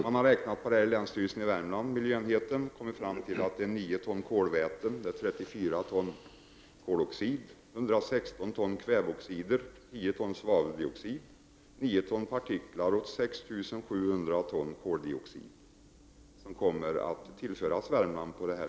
Miljöenheten vid länsstyrelsen i Värmland har räknat på detta och kommit fram till att det är fråga om 9 ton kolväten, 34 ton koloxid, 116 ton kväveoxider, 10 ton svaveldioxid, 9 ton partiklar och 6 700 ton koldioxid som kommer att tillföras.